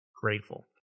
grateful